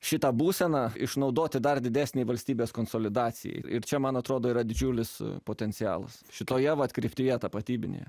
šitą būseną išnaudoti dar didesnei valstybės konsolidacijai ir čia man atrodo yra didžiulis potencialas šitoje vat kryptyje tapatybinėje